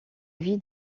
vie